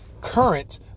current